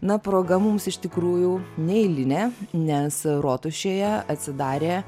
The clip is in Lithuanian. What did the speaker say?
na proga mums iš tikrųjų ne eilinė nes rotušėje atsidarė